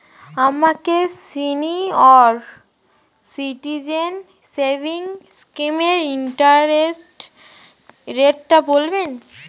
আমাকে senior citizen savings স্কিমের interest রেটটা বলবেন